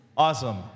Awesome